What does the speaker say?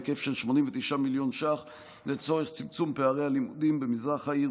בהיקף של 89 מיליון שקלים לצורך צמצום פערי הלימודים במזרח העיר,